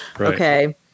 Okay